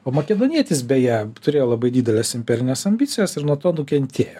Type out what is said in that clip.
o makedonietis beje turėjo labai dideles imperines ambicijas ir nuo to nukentėjo